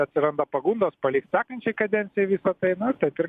atsiranda pagundos palikt sekančiai kadencijai viską tai na taip ir